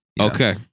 Okay